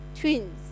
twins